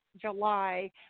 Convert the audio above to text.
July